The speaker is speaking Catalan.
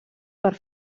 per